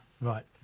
Right